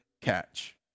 catch